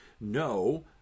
no